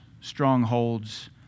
strongholds